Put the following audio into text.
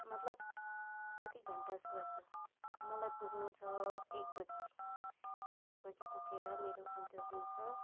मतलब कति घन्टाजस्तो लाग्छ मलाई पुग्नु छ एक बजी एक बजी पुगेर मेरो इन्टरभ्यु छ